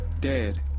dead